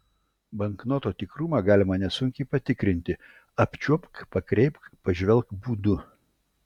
banknoto tikrumą galima nesunkiai patikrinti apčiuopk pakreipk pažvelk būdu